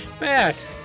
Matt